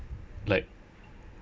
like